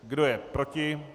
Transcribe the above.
Kdo je proti?